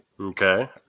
Okay